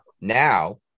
now